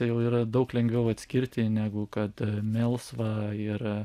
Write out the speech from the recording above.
jau yra daug lengviau atskirti negu kad melsva ir